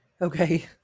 okay